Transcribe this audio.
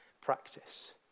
practice